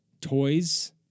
toys